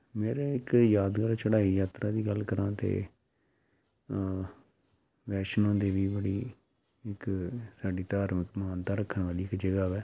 ਮੇਰਾ ਇੱਕ ਯਾਦਗਾਰ ਚੜਾਈ ਯਾਤਰਾ ਦੀ ਗੱਲ ਕਰਾਂ ਤਾਂ ਵੈਸ਼ਨੋ ਦੇਵੀ ਬੜੀ ਇੱਕ ਸਾਡੀ ਧਾਰਮਿਕ ਮਾਨਤਾ ਰੱਖਣ ਵਾਲੀ ਇੱਕ ਜਗ੍ਹਾ ਹੈ